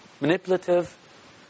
manipulative